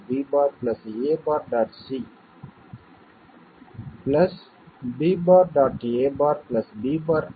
c என்பது OR gate உங்களுக்குத் தெரியும் b'